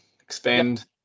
expand